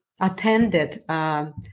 attended